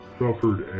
suffered